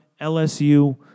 LSU